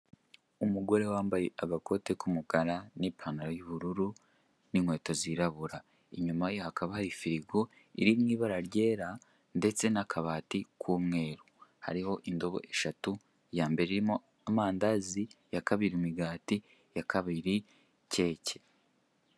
Umugore wambaye agakote k'umukara n'ipantaro y'ubururu n'inkweto zirabura inyuma ye hakaba hari firigo iri mu ibara ryera ndetse n'akabati k'umweru hariho indobo eshatu iyambere irimo amandazi, iyakabiri imigati, iyakabiri keke.